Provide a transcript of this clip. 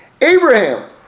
Abraham